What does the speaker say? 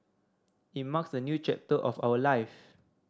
it marks a new chapter of our life